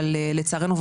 אבל לצערנו,